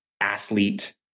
athlete